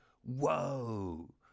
Whoa